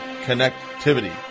connectivity